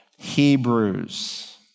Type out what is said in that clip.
Hebrews